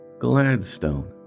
Gladstone